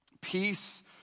peace